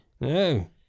No